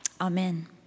Amen